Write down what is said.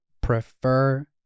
prefer